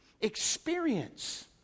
Experience